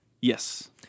Yes